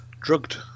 drugged